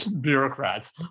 bureaucrats